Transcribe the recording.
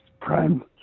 prime